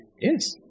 Yes